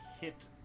hit